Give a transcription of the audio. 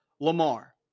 Lamar